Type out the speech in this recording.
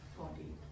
body